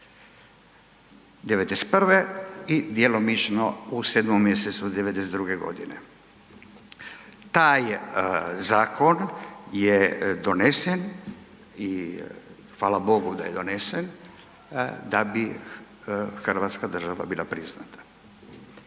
'91. i djelomično u 7. mj. '92. godine. Taj zakon je donesen i fala bogu da je donesen da bi hrvatska država bila priznata.